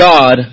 God